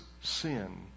sin